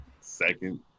second